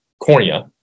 cornea